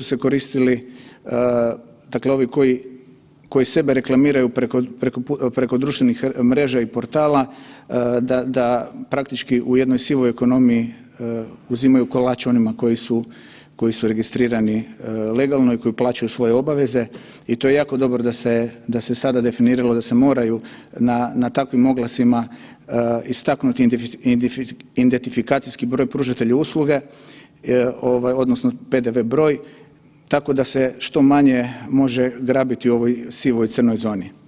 se koristili dakle ovi koji sebe reklamiraju preko društvenih mreža i portala, da praktički u jednoj sivoj ekonomiji uzimaju kolač onima koji su registrirani legalno i koji plaćaju svoje obaveze i to je jako dobro da se sada definiralo da se moraju na takvim oglasima istaknuti identifikacijski broj pružatelja usluge, odnosno PDV broj, tako da se što manje grabiti u ovoj sivoj, crnoj zoni.